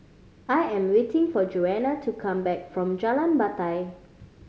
I am waiting for Jonna to come back from Jalan Batai